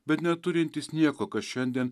bet neturintys nieko kas šiandien